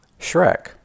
Shrek